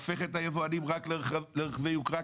הופכת את היבואנים למי שעוסקים רק ברכבי יוקרה,